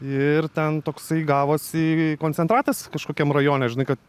ir ten toksai gavosi koncentratas kažkokiam rajone žinai kad